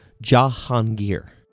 Jahangir